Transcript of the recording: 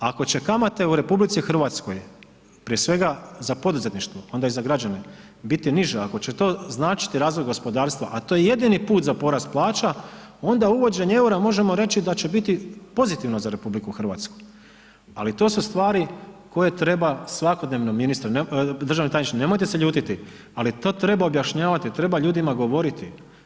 Ako će kamate u RH, prije svega za poduzetništvo, a onda i za građane biti niže, ako će to značiti razvoju gospodarstva a to je jedini put za porast plaća onda uvođenje eura možemo reći da će biti pozitivno za RH ali to su stvari koje treba svakodnevno ministre, državni tajniče, nemojte se ljutiti ali to treba objašnjavati, treba ljudima govoriti.